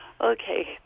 Okay